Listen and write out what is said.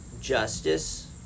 Justice